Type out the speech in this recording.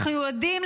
אנחנו יודעים,